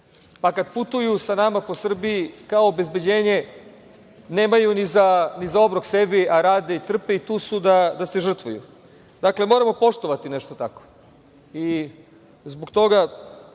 pa kada putuju sa nama po Srbiji kao obezbeđenje, nemaju ni za obrok sebi, a rade i trpe i tu su da se žrtvuju. Dakle, moramo poštovati nešto tako. Zbog toga,